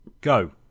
Go